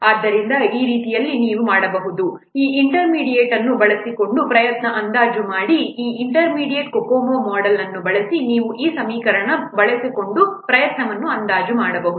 ಆದ್ದರಿಂದ ಈ ರೀತಿಯಲ್ಲಿ ನೀವು ಮಾಡಬಹುದು ಈ ಇಂಟರ್ಮೀಡಿಯೇಟ್ ಅನ್ನು ಬಳಸಿಕೊಂಡು ಪ್ರಯತ್ನವನ್ನು ಅಂದಾಜು ಮಾಡಿ ಈ ಇಂಟರ್ಮೀಡಿಯೇಟ್ COCOMO ಮೊಡೆಲ್ ಅನ್ನು ಬಳಸಿ ನೀವು ಈ ಸಮೀಕರಣವನ್ನು ಬಳಸಿಕೊಂಡು ಪ್ರಯತ್ನವನ್ನು ಅಂದಾಜು ಮಾಡಬಹುದು